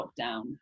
lockdown